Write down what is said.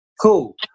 Cool